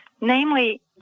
Namely